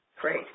Great